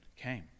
came